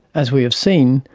as we have seen,